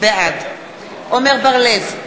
בעד עמר בר-לב,